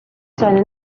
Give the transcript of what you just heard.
cyane